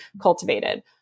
cultivated